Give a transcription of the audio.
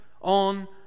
on